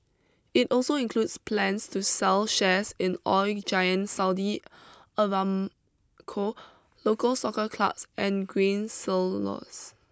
it also includes plans to sell shares in oil giant Saudi Aramco local soccer clubs and grain silos